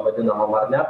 vadinamom ar ne